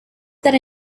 that